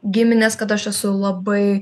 giminės kad aš esu labai